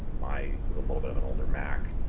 my there's a little bit of an older mac.